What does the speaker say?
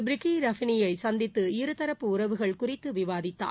பிரிகி ராஃபினியை சந்தித்து இருதரப்பு உறவுகள் குறித்து விவாதித்தார்